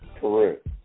Correct